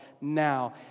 now